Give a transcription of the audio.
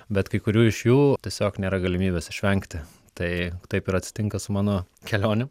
bet kai kurių iš jų tiesiog nėra galimybės išvengti tai taip ir atsitinka su mano kelionėm